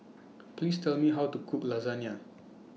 Please Tell Me How to Cook Lasagna